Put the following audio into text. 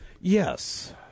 Yes